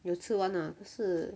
有吃完啊可是